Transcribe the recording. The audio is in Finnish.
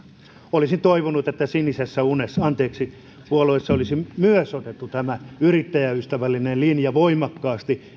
olisin toivonut että sinisessä unessa anteeksi puolueessa olisi myös otettu tämä yrittäjäystävällinen linja voimakkaasti